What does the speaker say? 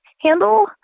handle